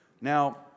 Now